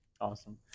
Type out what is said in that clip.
Awesome